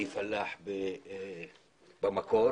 במקור